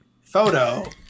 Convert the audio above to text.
photo